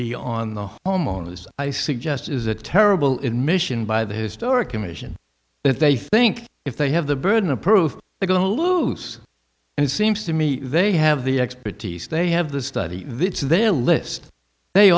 homeowners i suggest is a terrible in mission by the historic commission that they think if they have the burden of proof they're going to lose and it seems to me they have the expertise they have the study this is their list they